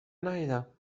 ندیدم